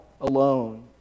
Alone